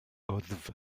wddf